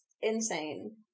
insane